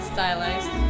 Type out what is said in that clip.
Stylized